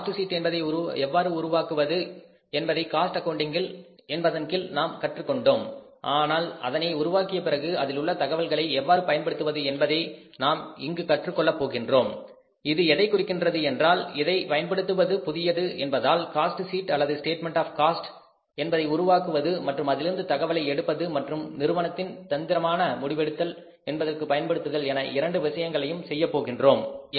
இந்த cost sheet என்பதை எவ்வாறு உருவாக்குவது என்பதை காஸ்ட் அக்கவுண்டிங் என்பதன் கீழ் நாம் கற்றுக் கொண்டோம் ஆனால் அதனை உருவாக்கிய பிறகு அதிலுள்ள தகவல்களை எவ்வாறு பயன்படுத்துவது என்பதை நாம் இங்கு கற்றுக் கொள்ளப் போகின்றோம் இது எதைக் குறிக்கிறது என்றால் இதை பயன்படுத்துவது புதியது என்பதால் காஸ்ட் ஷீட் அல்லது ஸ்டேட்மெண்ட் ஆஃ காஸ்ட் என்பதை உருவாக்குவது மற்றும் அதிலிருந்து தகவலை எடுப்பது மற்றும் நிறுவனத்தின் தந்திரமான முடிவெடுத்தல் என்பதற்கு பயன்படுத்துதல் என இரண்டு விஷயங்களையும் செய்யப் போகின்றோம்